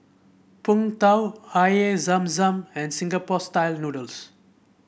Png Tao Air Zam Zam and Singapore style noodles